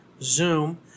Zoom